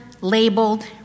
labeled